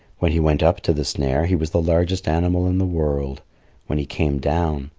when he went up to the snare, he was the largest animal in the world when he came down,